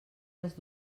les